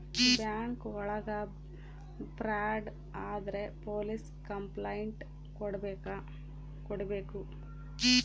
bank ಒಳಗ fraud ಆದ್ರೆ police complaint ಕೊಡ್ಬೇಕು